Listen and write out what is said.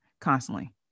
constantly